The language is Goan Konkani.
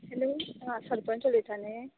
हॅलो आं सरपंच उलयता न्हय